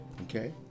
Okay